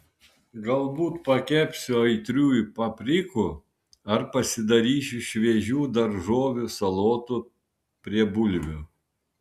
galbūt pakepsiu aitriųjų paprikų ar pasidarysiu šviežių daržovių salotų prie bulvių